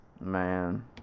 man